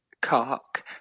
cock